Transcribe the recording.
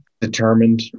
Determined